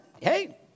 hey